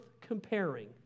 comparing